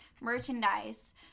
merchandise